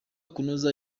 kunoza